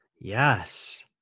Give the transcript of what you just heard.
Yes